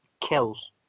kills